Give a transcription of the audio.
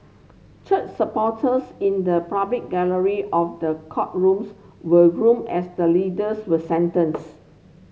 church supporters in the public gallery of the courtrooms were room as the leaders were sentenced